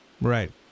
Right